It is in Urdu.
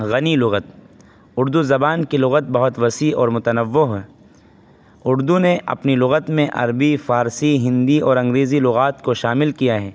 غنی لغت اردو زبان کی لغت بہت وسیع اور متنوع ہے اردو نے اپنی لغت میں عربی فارسی ہندی اور انگریزی لغات کو شامل کیا ہے